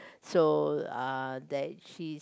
so uh that she